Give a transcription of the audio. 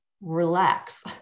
relax